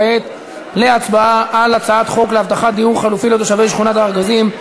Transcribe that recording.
כעת להצבעה על הצעת החוק להבטחת דיור חלופי לתושבי שכונת הארגזים,